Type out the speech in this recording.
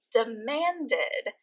demanded